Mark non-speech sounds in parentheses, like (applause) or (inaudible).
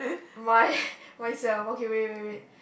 my (laughs) myself okay wait wait wait